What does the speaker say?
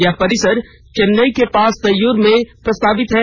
यह परिसर चेन्नई के पास तय्यूर में प्रस्तावित है